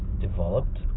developed